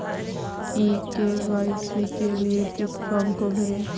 ई KYC के लिए किस फ्रॉम को भरें?